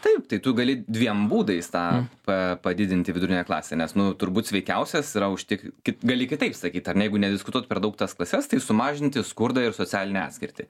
taip tai tu gali dviem būdais tą pa padidinti viduriniąją klasę nes nu turbūt sveikiausias yra užtik ki gali kitaip sakyt ar ne jeigu nediskutuot per daug tas klases tai sumažinti skurdą ir socialinę atskirtį